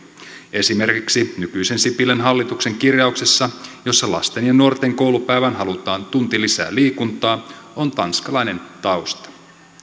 esimerkiksi nykyisen sipilän hallituksen kirjauksella jossa lasten ja nuorten koulupäivään halutaan tunti lisää liikuntaa on tanskalainen tausta